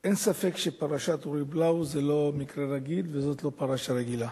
אין ספק שפרשת אורי בלאו זה לא מקרה רגיל וזו לא פרשה רגילה.